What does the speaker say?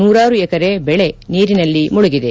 ನೂರಾರು ಎಕರೆ ಬೆಳೆ ನೀರಿನಲ್ಲಿ ಮುಳುಗಿದೆ